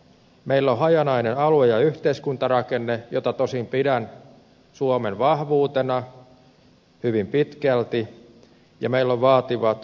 meillä on hajanainen alue ja yhteiskuntarakenne jota tosin pidän suomen vahvuutena hyvin pitkälti ja meillä on vaativat keliolosuhteet